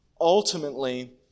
ultimately